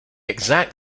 exact